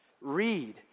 read